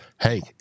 hey